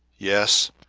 yes,